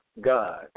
God